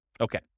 Okay